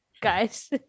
guys